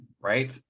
right